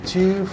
Two